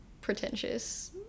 pretentious